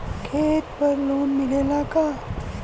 खेत पर लोन मिलेला का?